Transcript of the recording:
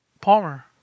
Palmer